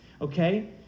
okay